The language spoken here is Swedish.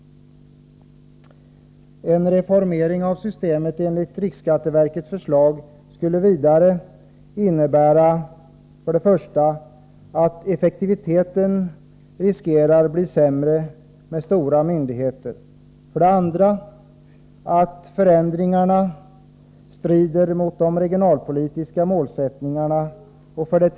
En reformering av systemet enligt riksskatteverkets förslag skulle vidare innebära följande: 1. Effektiviteten riskerar att bli sämre med stora myndigheter. 2. Förändringarna strider mot de regionalpolitiska målsättningarna. 3.